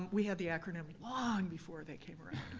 um we had the acronym long before they came around.